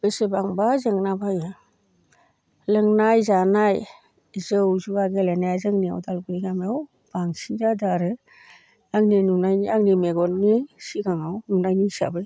बेसेबांबा जेंना फैयो लोंनाय जानाय जौ जुवा गेलेनाया जोंनि उदालगुरि गामियाव बांसिन जादों आरो आंनि नुनायनि आंनि मेगननि सिगाङाव नुनायनि हिसाबै